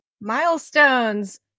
Milestones